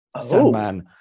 Sandman